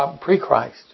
pre-Christ